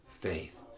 faith